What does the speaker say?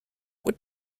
what